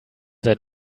sein